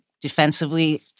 defensively